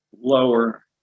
lower